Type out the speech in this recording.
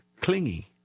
clingy